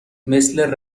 مثل